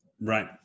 Right